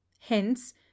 hence